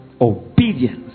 Obedience